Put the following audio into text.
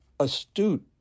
astute